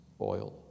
oil